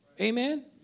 Amen